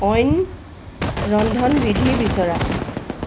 অইন ৰন্ধনবিধি বিচৰা